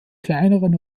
kleineren